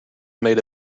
made